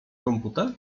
komputer